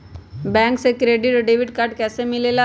Bank से credit और debit card कैसी मिलेला?